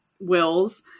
wills